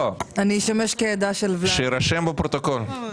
לא, שיירשם בפרוטוקול.